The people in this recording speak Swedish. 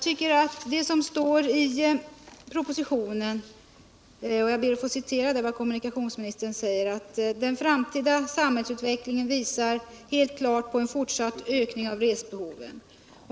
Det står i propositionen: ”Den framtida samhällsutvecklingen visar helt klart på en fortsatt ökning av resbehoven.